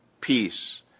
peace